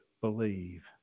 believe